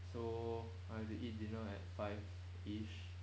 so I have to eat dinner at five-ish